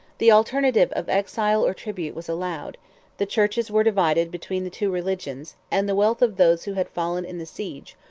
the alternative of exile or tribute was allowed the churches were divided between the two religions and the wealth of those who had fallen in the siege,